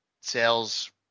sales